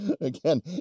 again